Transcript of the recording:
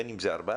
בין אם זה 4%,